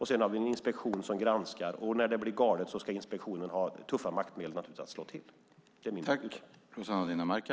Sedan har vi en inspektion som granskar, och när det blir galet ska inspektionen ha tuffa maktmedel att ta till. Det är min åsikt.